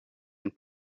and